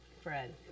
Fred